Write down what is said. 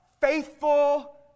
faithful